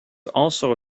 also